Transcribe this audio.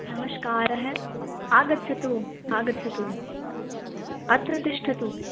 नमस्कारः आगच्छतु आगच्छतु अत्र तिष्ठतु